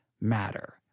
matter